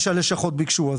מה שהלשכות ביקשו.